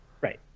Right